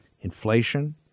Inflation